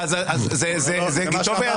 טלי.